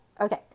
Okay